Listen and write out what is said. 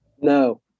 No